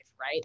right